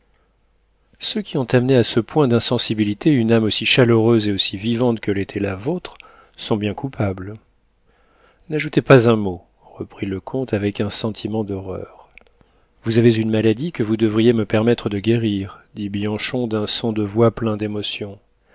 ceux qui ont amené à ce point d'insensibilité une âme aussi chaleureuse et aussi vivante que l'était la vôtre sont bien coupables n'ajoutez pas un mot reprit le comte avec un sentiment d'horreur vous avez une maladie que vous devriez me permettre de guérir dit bianchon d'un son de voix plein d'émotion